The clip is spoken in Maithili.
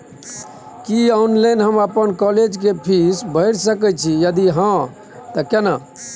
की ऑनलाइन हम अपन कॉलेज के फीस भैर सके छि यदि हाँ त केना?